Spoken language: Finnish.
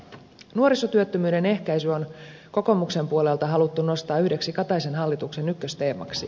nuorisotyöttömyyden ehkäisy on kokoomuksen puolelta haluttu nostaa yhdeksi kataisen hallituksen ykkösteemaksi